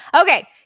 Okay